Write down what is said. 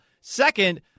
Second